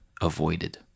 avoided